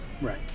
Right